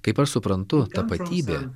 kaip aš suprantu tapatybė